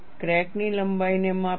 crack ની લંબાઈને માપીશું